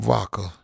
Vodka